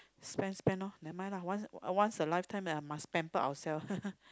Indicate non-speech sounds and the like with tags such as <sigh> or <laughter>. spend spend lor nevermind lah once once a lifetime then I must pamper ourselves <laughs>